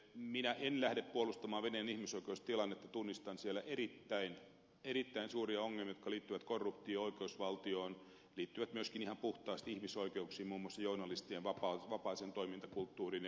minä en lähde puolustamaan venäjän ihmisoikeustilannetta tunnistan siellä erittäin suuria ongelmia jotka liittyvät korruptioon oikeusvaltioon liittyvät myöskin ihan puhtaasti ihmisoikeuksiin muun muassa journalistien vapaaseen toimintakulttuuriin ja niin edelleen